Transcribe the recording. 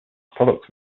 products